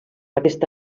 aquesta